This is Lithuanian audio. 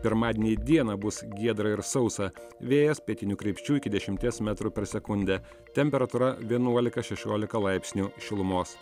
pirmadienį dieną bus giedra ir sausa vėjas pietinių krypčių iki dešimties metrų per sekundę temperatūra vienuolika šešiolika laipsnių šilumos